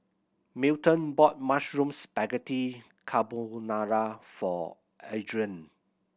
Milton bought Mushroom Spaghetti Carbonara for Adriene